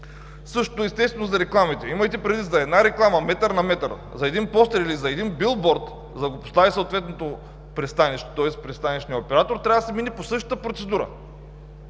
Същото е и за рекламите. Имайте предвид, че за една реклама метър на метър, за един постер или за един билборд, за да го постави съответното пристанище, тоест пристанищният оператор, трябва да се мине по същата процедура,